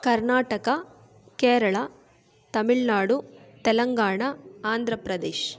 Karnataka Kerala Tamil Nadu Telangana Andhra Pradesh